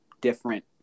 different